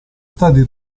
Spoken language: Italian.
stati